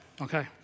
Okay